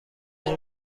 این